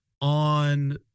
on